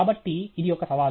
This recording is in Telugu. కాబట్టి ఇది ఒక సవాలు